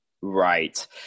Right